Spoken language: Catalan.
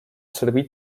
servir